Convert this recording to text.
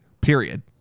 period